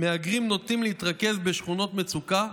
מהגרים נוטים להתרכז בשכונות מצוקה,